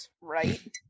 right